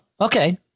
okay